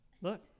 look